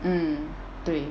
mm 对